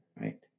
right